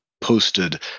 posted